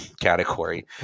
category